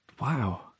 Wow